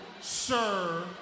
sir